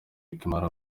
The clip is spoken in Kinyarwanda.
bikimara